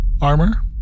Armor